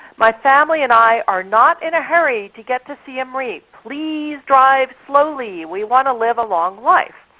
my family and i are not in a hurry to get to siem reap. please drive slowly. we want to live a long life.